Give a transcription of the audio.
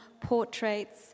portraits